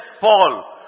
Paul